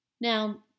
Now